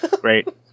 Great